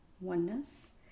oneness